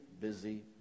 busy